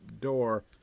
door